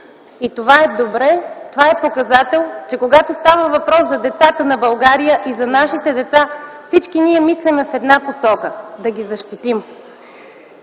Това е добре, това е показател, че когато става въпрос за децата на България и за нашите деца, всички ние мислим в една посока – да ги защитим.